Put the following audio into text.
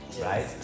right